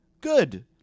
Good